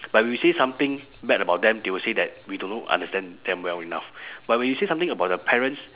but if you say something bad about them they will say that we do not understand them well enough but when you say something about their parents